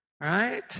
Right